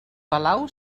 palau